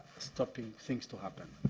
stopping things to happen.